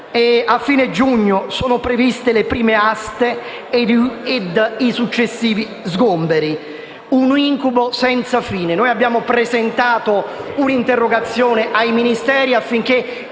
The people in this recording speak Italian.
A fine giugno sono previste le prime aste e i successivi sgomberi: un incubo senza fine. Abbiamo presentato un'interrogazione ai Ministeri